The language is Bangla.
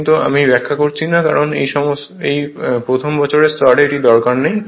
কিন্তু আমি ব্যাখ্যা করছি না কারণ এই প্রথম বছরের স্তরে এটি দরকার নেই